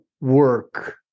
work